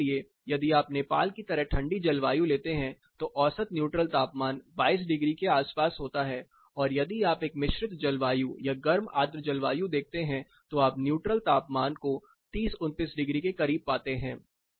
उदाहरण के लिए यदि आप नेपाल की तरह ठंडी जलवायु लेते हैं तो औसत न्यूट्रल तापमान 22 डिग्री के आसपास होता है और यदि आप एक मिश्रित जलवायु या गर्म आर्द्र जलवायु देखते हैं तो आप न्यूट्रल तापमान को 30 29 डिग्री के करीब पाते हैं